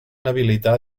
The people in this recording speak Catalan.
habilitar